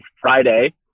Friday